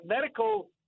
medical